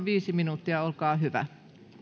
viisi minuuttia olkaa hyvä